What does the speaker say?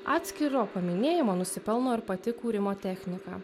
atskiro paminėjimo nusipelno ir pati kūrimo technika